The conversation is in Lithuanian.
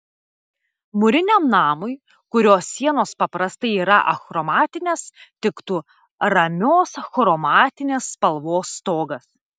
mūriniam namui kurio sienos paprastai yra achromatinės tiktų ramios chromatinės spalvos stogas